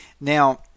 Now